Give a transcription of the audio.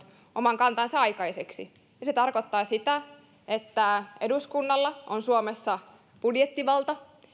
oman kantansa aikaiseksi se tarkoittaa sitä että eduskunnalla on suomessa budjettivalta